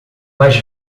mais